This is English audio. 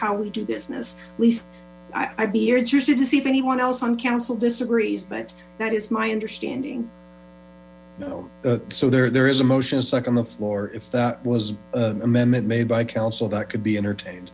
how we do business lisa i'd be interested to see if anyone else on council disagrees but that is my understanding no so there is a motion stuck on the floor if that was amendment made by council that could be entertained